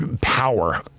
power